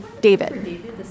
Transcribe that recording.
David